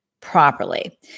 properly